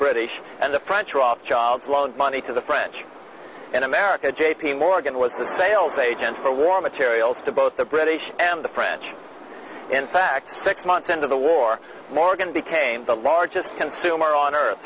british and the french rothschilds loaned money to the french in america j p morgan was the sales agent for war materials to both the british and the french in fact six months into the war morgan became the largest consumer on earth